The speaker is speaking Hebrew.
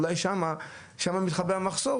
אולי שם מתחבא המחסור,